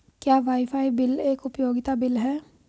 क्या wifi bill एक उपयोगिता बिल है?